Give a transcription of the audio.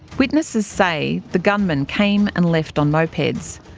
witnesses say the gunmen came and left on mopeds.